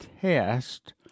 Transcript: test